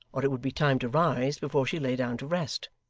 or it would be time to rise before she lay down to rest.